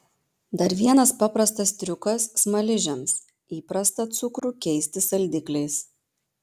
dar vienas paprastas triukas smaližiams įprastą cukrų keisti saldikliais